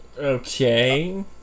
okay